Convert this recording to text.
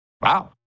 wow